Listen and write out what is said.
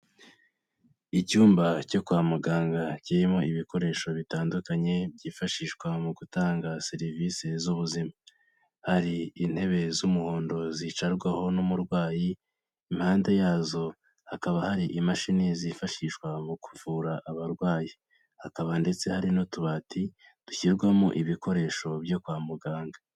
Icyumba cyo kwa muganga kirimo ibikoresho bitandukanye, byifashishwa mu gutanga serivisi z'ubuzima. Hari intebe z'umuhondo zicarwaho n'umurwayi, impande yazo hakaba hari imashini zifashishwa mu kuvura abarwayi. Hakaba ndetse hari n'utubati dushyirwamo ibikoresho byo kwa muganga.